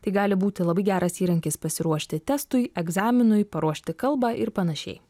tai gali būti labai geras įrankis pasiruošti testui egzaminui paruošti kalbą ir panašiai